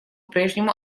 прежнему